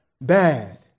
bad